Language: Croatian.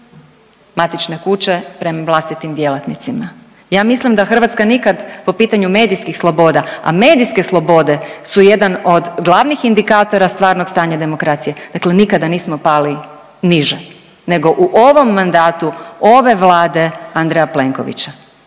matične kuće prema vlastitim djelatnicima. Ja mislim da Hrvatska nikad, po pitanju medijskih sloboda, a medijske slobode su jedan od glavnih indikatora stvarnog stanja demokracije, dakle nikada nismo pali niže nego u ovom mandatu ove vlade Andreja Plenkovića.